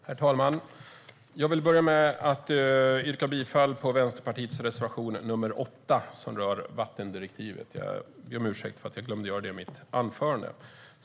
Herr talman! Jag vill börja med att yrka bifall till Vänsterpartiets reservation 8, som rör vattendirektivet. Jag ber om ursäkt för att jag glömde att göra det i mitt anförande.